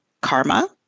Karma